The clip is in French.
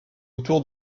autour